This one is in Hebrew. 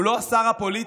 הוא לא השר הפוליטי.